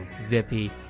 Zippy